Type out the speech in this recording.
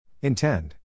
Intend